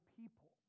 people